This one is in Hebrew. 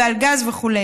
על גז וכו'.